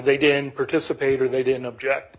they didn't participate or they didn't object